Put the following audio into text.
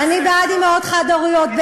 אני בעד אימהות חד-הוריות.